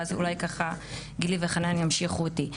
ואז אולי גילי וחנן ימשיכו אותי.